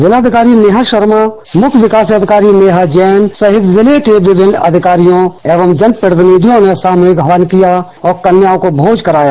जिलाधिकारी नेहा शर्मा मुख्य विकास अधिकारी नेहा जैन सहित जिले के विभिन्न अधिकारियों एवं जनप्रतिनिधियों ने सामूहिक हवन किया और कन्याओं को भोज कराया